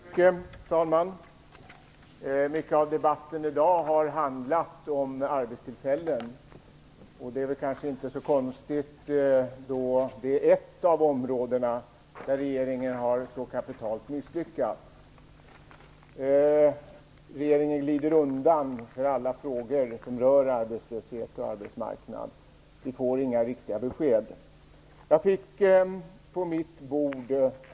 Fru talman! Mycket av debatten i dag har handlat om arbetstillfällen. Det är kanske inte så konstigt, eftersom det är ett av de områden där regeringen så kapitalt har misslyckats. Regeringen glider undan för alla frågor som rör arbetslöshet och arbetsmarknad. Vi får inga riktiga besked.